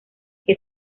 que